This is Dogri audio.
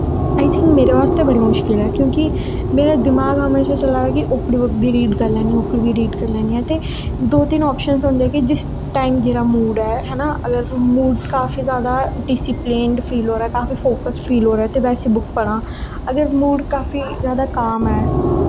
आई थिंक मेरे बास्तै बड़ी मुश्किल ऐ क्यूंकि मेरा दमाक हमेशा चला दा कि ओह्की बी रीड करी लैन्नी आं ओह्की बी रीड करी लैन्नी आं ते दो तिन्न आप्शंस होंदे कि जिस टाइम जेह्ड़ा मूड ऐ है ना अगर मूड काफी जादा डिसिप्लिन्ड फील होआ दा काफी फोकस फील होआ दा ते वैसी बुक पढ़ां अगर मूड काफी जादा काम ऐ